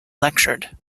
lectured